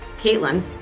Caitlin